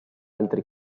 altri